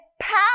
power